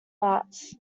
arts